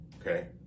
okay